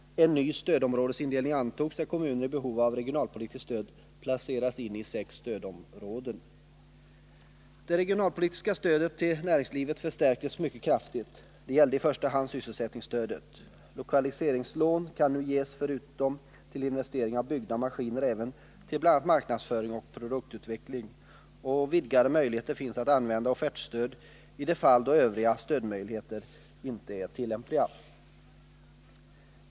En ny stödområdesindelning antogs, där kommuner i behov av regionalpolitiskt stöd placerades in i sex stödområden. Det regionalpolitiska stödet till näringslivet förstärktes mycket kraftigt. Det gällde i första hand sysselsättningsstödet. Lokaliseringslån kan nu ges förutom till investering i byggnader och maskiner även till bl.a. marknadsföring och produktutveckling, och vidgade möjligheter finns att använda offertstöd i de fall då övriga stödmöjligheter inte är tillämpliga.